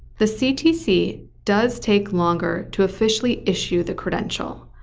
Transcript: the ctc does take longer to officially issue the credential,